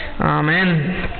Amen